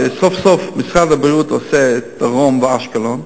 כשסוף-סוף משרד הבריאות עושה את זה בדרום ובאשקלון,